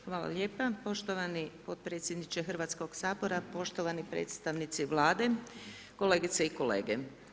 Hvala lijepa poštovani potpredsjedniče Hrvatskoga sabora, poštovani predstavnici Vlade, kolegice i kolege.